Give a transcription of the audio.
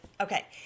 Okay